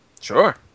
Sure